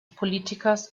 politikers